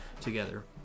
together